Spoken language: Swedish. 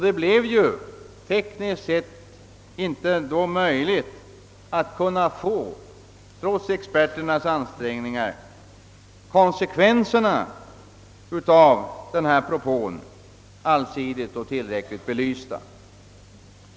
Det blev ju tekniskt sett inte möjligt, trots experternas ansträngningar, att få konsekvenserna av denna propå allsidigt och tillräckligt belysta.